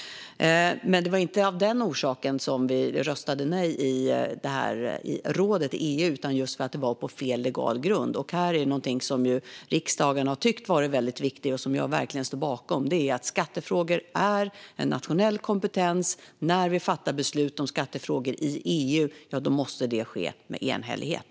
Det var dock inte av den orsaken som vi röstade nej i rådet i EU, utan det var just för att det var på fel legal grund. Någonting som riksdagen har tyckt är väldigt viktigt och som jag verkligen står bakom är att skattefrågor är en nationell kompetens. När vi fattar beslut om skattefrågor i EU måste det ske med enhällighet.